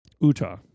Utah